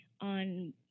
on